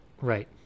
Right